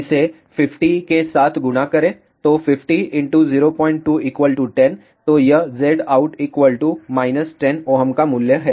इसे 50 के साथ गुणा करें तो 50 02 10 तो यह Zout 10 Ω का मूल्य है